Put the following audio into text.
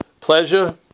Pleasure